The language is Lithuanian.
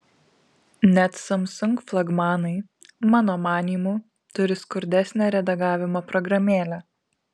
net samsung flagmanai mano manymu turi skurdesnę redagavimo programėlę